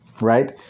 Right